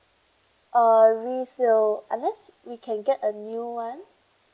uh resale unless we can get a new one